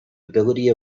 ability